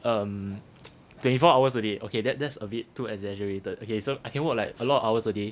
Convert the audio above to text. um twenty four hours a day okay that's that's a bit too exaggerated okay so I can work like a lot of hours a day